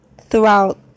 throughout